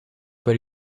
per